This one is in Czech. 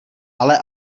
ale